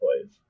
plays